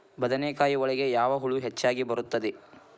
ಬದನೆಕಾಯಿ ಒಳಗೆ ಯಾವ ಹುಳ ಹೆಚ್ಚಾಗಿ ಬರುತ್ತದೆ?